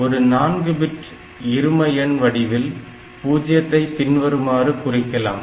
ஒரு 4 பிட் இருமஎண் வடிவில் பூஜ்ஜியத்தை பின்வருமாறு குறிக்கலாம்